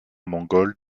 mongole